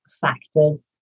factors